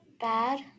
bad